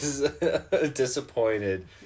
disappointed